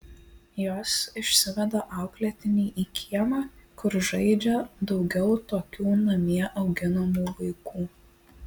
jos išsiveda auklėtinį į kiemą kur žaidžia daugiau tokių namie auginamų vaikų